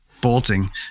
bolting